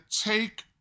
take